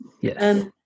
Yes